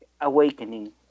awakening